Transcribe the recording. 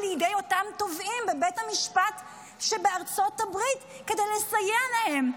לידי אותם תובעים בבית המשפט שבארצות הברית כדי לסייע להם?